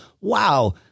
wow